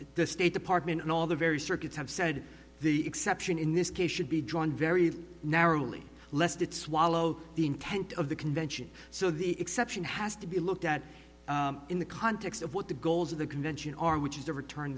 the state department and all the very circuits have said the exception in this case should be drawn very narrowly lest it swallow the intent of the convention so the exception has to be looked at in the context of what the goals of the convention are which is to return